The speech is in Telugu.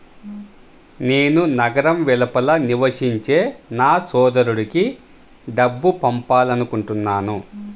నేను నగరం వెలుపల నివసించే నా సోదరుడికి డబ్బు పంపాలనుకుంటున్నాను